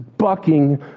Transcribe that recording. Bucking